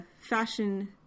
Fashion